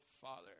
Father